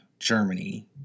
Germany